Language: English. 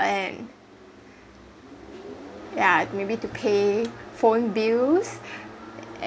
and yeah maybe to pay phone bills